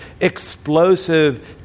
explosive